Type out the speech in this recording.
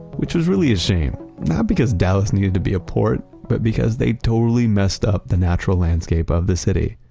which was really a shame. not because dallas needed to be a port, but because they totally messed up the natural landscape of the city.